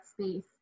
space